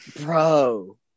Bro